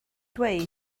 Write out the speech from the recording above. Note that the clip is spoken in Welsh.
dweud